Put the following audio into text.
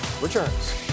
returns